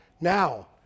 Now